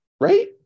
right